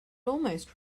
almost